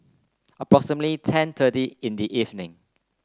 approximately ten thirty in the evening